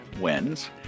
Wins